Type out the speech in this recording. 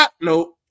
nope